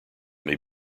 may